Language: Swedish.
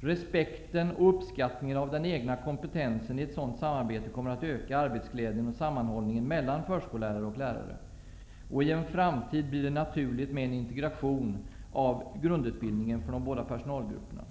Respekten och uppskattningen av den egna kompetensen i ett sådant samarbete kommer att öka arbetsglädjen och sammanhållningen mellan förskollärare och lärare. I en framtid blir det naturligt med en integration av grundutbildningen för de båda personalgrupperna.